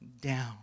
down